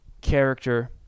character